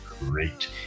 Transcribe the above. great